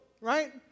right